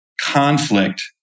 conflict